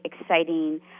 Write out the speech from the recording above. exciting